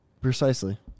precisely